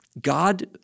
God